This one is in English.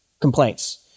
complaints